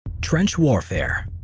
trench warfare,